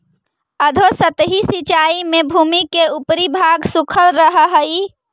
अधोसतही सिंचाई में भूमि के ऊपरी भाग सूखल रहऽ हइ